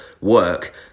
work